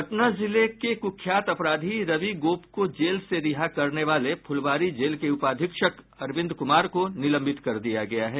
पटना जिले के कुख्यात अपराधी रवि गोप को जेल से रिहा करने वाले फुलवारी जेल के उपाधीक्षक अरविंद कुमार को निलंबित कर दिया गया है